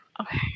Okay